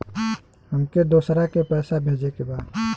हमके दोसरा के पैसा भेजे के बा?